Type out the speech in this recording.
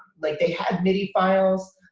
like they had midi files,